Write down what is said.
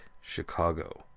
Chicago